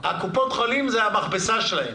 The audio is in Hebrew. קופות החולים זאת המכבסה שלהן,